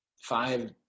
five